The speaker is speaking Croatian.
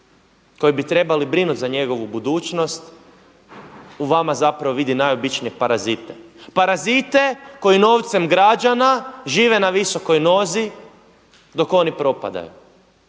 koji bi trebali brinuti za njegovu budućnost u vama zapravo vidi najobičnije parazite, parazite koji novcem građana žive na visokoj nozi dok oni propadaju,